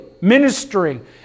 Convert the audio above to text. Ministering